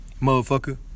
Motherfucker